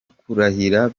kurahira